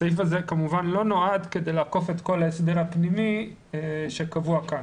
הסעיף הזה כמובן לא נועד לעקוף את כל ההסדר הפנימי שקבוע כאן.